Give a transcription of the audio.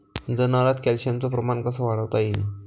जनावरात कॅल्शियमचं प्रमान कस वाढवता येईन?